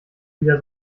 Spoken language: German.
wieder